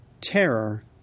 terror